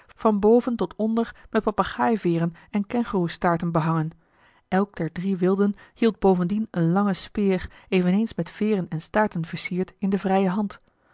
van boven tot onder met papegaaiveeren en kengoeroestaarten behangen elk der drie wilden hield bovendien eene lange speer eveneens met veeren en staarten versierd in de vrije hand